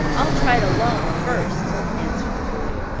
i'll try it alone first, answered the boy.